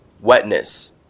wetness